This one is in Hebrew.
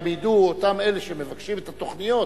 גם ידעו אלו שמבקשים את התוכניות,